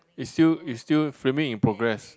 is still is still filming in progress